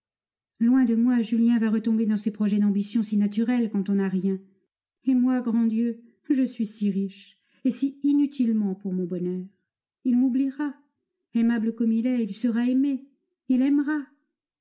loin de moi julien va retomber dans ses projets d'ambition si naturels quand on n'a rien et moi grand dieu je suis si riche et si inutilement pour mon bonheur il m'oubliera aimable comme il est il sera aimé il aimera